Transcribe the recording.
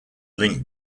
link